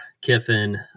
Kiffin